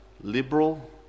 liberal